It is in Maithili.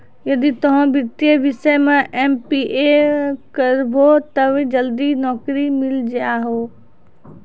यदि तोय वित्तीय विषय मे एम.बी.ए करभो तब जल्दी नैकरी मिल जाहो